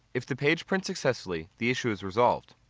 if the page prints successfully, the issue is resolved.